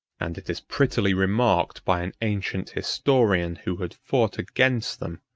and it is prettily remarked by an ancient historian who had fought against them,